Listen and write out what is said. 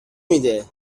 میده